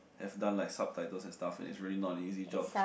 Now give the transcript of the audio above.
have done like subtitle and stuff and it's really not an easy job so